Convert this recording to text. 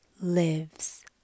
lives